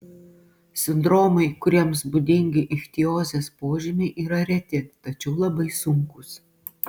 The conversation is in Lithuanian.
sindromai kuriems būdingi ichtiozės požymiai yra reti tačiau labai sunkūs